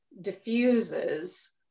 diffuses